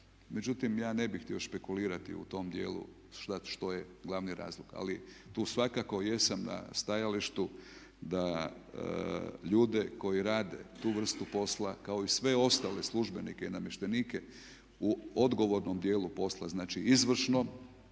Međutim, ja ne bih htio špekulirati u tom dijelu sad što je glavni razlog. Ali tu svakako jesam na stajalištu da ljude koji rade tu vrstu posla kao i sve ostale službenike i namještenike u odgovornom dijelu posla, znači izvršnom